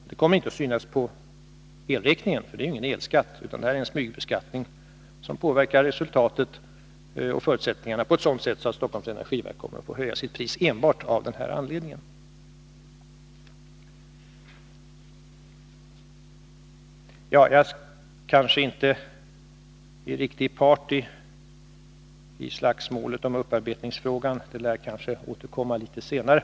Detta kommer inte att synas på elräkningen, för det är inte någon elskatt, utan det är en smygbeskattning som påverkar resultatet och förutsättningarna på ett sådant sätt att Stockholms energiverk kommer att få höja sitt pris enbart av den här anledningen. Jag är kanske inte någon riktig part i slagsmålet om upparbetningsfrågan, men vi kommer kanske tillbaka till det litet senare.